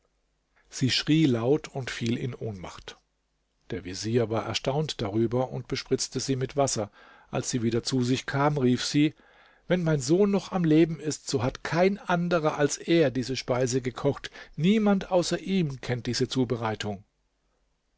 sie schrie laut und fiel in ohnmacht der vezier war erstaunt darüber und bespritzte sie mit wasser als sie wieder zu sich kam rief sie wenn mein sohn noch am leben ist so hat kein anderer als er diese speise gekocht niemand außer ihm kennt diese zubereitung